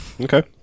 Okay